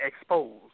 exposed